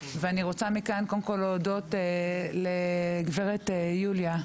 ואני רוצה מכאן קודם כל להודות לגברת יוליה,